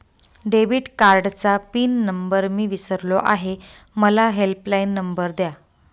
debit कार्डचा pin number मी विसरलो आहे मला हेल्पलाइन नंबर द्या